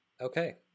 Okay